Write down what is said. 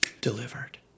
delivered